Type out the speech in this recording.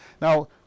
Now